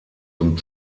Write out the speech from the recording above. zum